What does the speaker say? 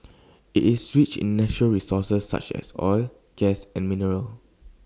IT is rich in natural resources such as oil gas and minerals